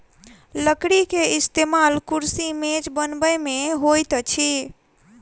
लकड़ी के इस्तेमाल कुर्सी मेज बनबै में होइत अछि